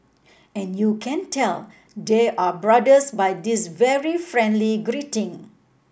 and you can tell they are brothers by this very friendly greeting